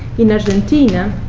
in argentina,